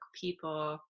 people